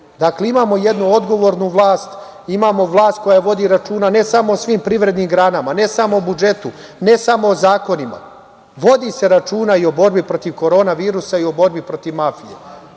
Dakle, imamo jednu odgovornu vlast. Imamo vlast koja vodi računa, ne samo o svim privrednim granama, ne samo o budžetu, ne samo o zakonima. Vodi se računa i o borbi protiv korona virusa i u borbi protiv mafije. Naravno